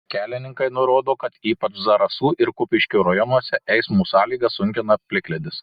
kelininkai nurodo kad ypač zarasų ir kupiškio rajonuose eismo sąlygas sunkina plikledis